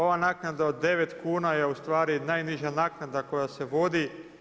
Ova naknada od 9,00 kuna je ustvari najniža naknada koja se vodi.